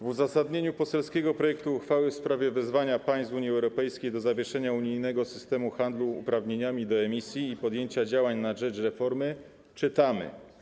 W uzasadnieniu poselskiego projektu uchwały w sprawie wezwania państw Unii Europejskiej do zawieszenia unijnego systemu handlu uprawnieniami do emisji i podjęcia działań na rzecz reformy czytamy: